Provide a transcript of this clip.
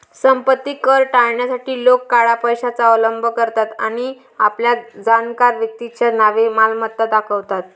संपत्ती कर टाळण्यासाठी लोक काळ्या पैशाचा अवलंब करतात आणि आपल्या जाणकार व्यक्तीच्या नावे मालमत्ता दाखवतात